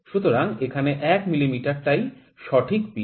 সুতরাং এখানে ১ মিমি টাই সঠিক পিচ